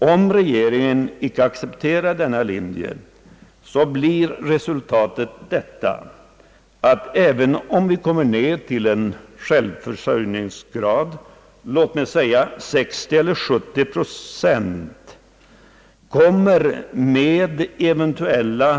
Om regeringen icke accepterar denna linje, blir resultatet, att även om vi får en självförsörjningsgrad när det gäller livsmedel på låt mig säga 60 eller 70 procent, så kommer med eventuella Ang.